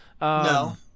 No